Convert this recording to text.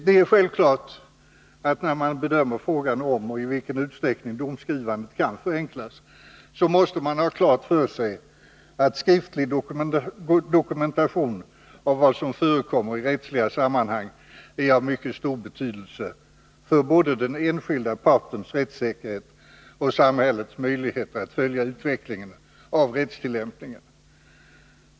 Det är självklart att man, då man bedömer frågan om i vilken utsträckning domskrivandet kan förenklas, måste ha klart för sig att skriftlig dokumentation av vad som förekommer i rättsliga sammanhang är av mycket stor betydelse både för den enskilda partens rättssäkerhet och för samhällets möjligheter att följa utvecklingen av rättstillämpningen.